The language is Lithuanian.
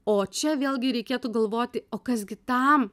o čia vėlgi reikėtų galvoti o kas gi tam